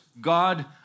God